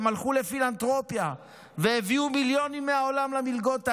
והם הלכו לפילנתרופיה והביאו מיליונים מהעולם למלגות האלה.